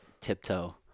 tiptoe